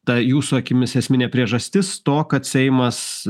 ta jūsų akimis esminė priežastis to kad seimas